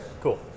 Cool